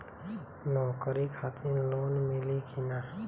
नौकरी खातिर लोन मिली की ना?